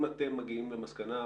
מגיעים למסקנה,